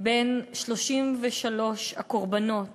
בין 33 הקורבנות